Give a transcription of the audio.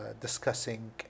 discussing